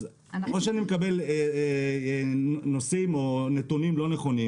אז או שאני מקבל נושאים או נתונים לא נכונים